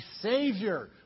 Savior